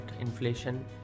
inflation